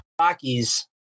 Rockies